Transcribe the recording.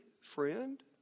friend